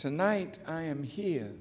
tonight i am here